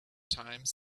times